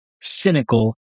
cynical